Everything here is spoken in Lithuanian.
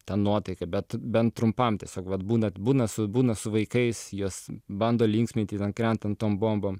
tą nuotaiką bet bent trumpam tiesiog vat būnat būnat su būna su vaikais juos bando linksminti krentant tom bombom